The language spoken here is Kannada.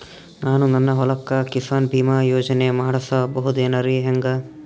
ನಾನು ನನ್ನ ಹೊಲಕ್ಕ ಕಿಸಾನ್ ಬೀಮಾ ಯೋಜನೆ ಮಾಡಸ ಬಹುದೇನರಿ ಹೆಂಗ?